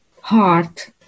heart